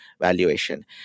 valuation